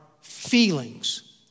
feelings